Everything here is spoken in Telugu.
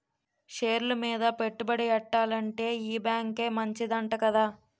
షేర్లు మీద పెట్టుబడి ఎట్టాలంటే ఈ బేంకే మంచిదంట కదా